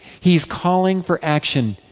he is calling for action.